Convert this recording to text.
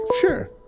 Sure